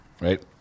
Right